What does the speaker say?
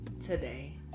today